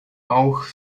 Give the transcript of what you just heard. auch